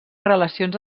relacions